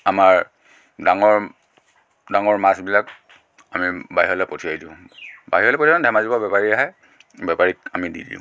আমাৰ ডাঙৰ ডাঙৰ মাছবিলাক আমি বাহিৰলৈ পঠিয়াই দিওঁ বাহিৰলে পঠিয়াওঁ ধেমাজিৰ পৰা বেপাৰী আহে বেপাৰীক আমি দি দিওঁ